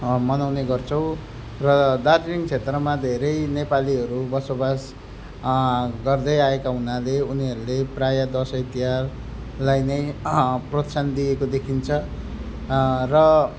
मनाउने गर्छौँ र दार्जिलिङ क्षेत्रमा धेरै नेपालीहरू बसोवास गर्दै आएका हुनाले उनीहरूले प्रायः दसैँ तिहारलाई नै प्रोत्साहन दिएको देखिन्छ र